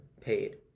paid